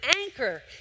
anchor